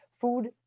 food